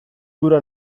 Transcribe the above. gura